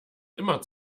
immer